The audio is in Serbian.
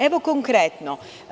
Evo konkretno.